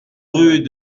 rue